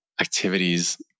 activities